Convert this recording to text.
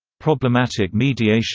problematic mediation